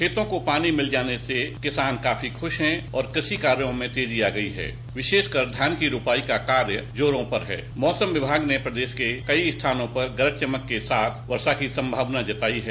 खेतों को पानी मिल जाने से किसान काफी खुश हैं और कृषि कार्यो में तेजी आ गयी है विशेषकर धान की रोपाई का काम जोरो पर है मौसम विभाग ने प्रदेश के काफी स्थानों पर गरज चमक के साथ वर्षा की संभवना जताई है